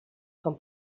com